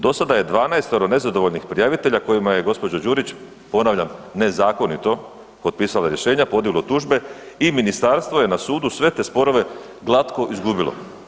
Dosada je 12-ero nezadovoljnih prijavitelja kojima je gđa. Đurić ponavljam, nezakonito potpisala rješenja, podnijelo tužbe i ministarstvo je na sudu sve te sporove glatko izgubilo.